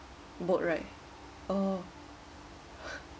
boat ride oh